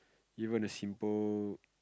you want a simple